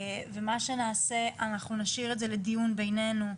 ומה שנעשה, אנחנו נשאיר את זה לדיון בינינו,